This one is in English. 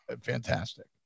fantastic